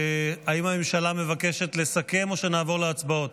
האם הממשלה מבקשת לסכם או שנעבור להצבעות?